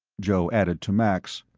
joe added to max,